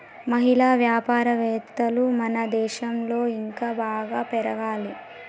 మహిళా వ్యాపారవేత్తలు మన దేశంలో ఇంకా బాగా పెరగాలి